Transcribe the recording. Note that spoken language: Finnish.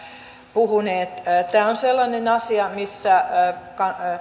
puhuneet tämä on sellainen asia missä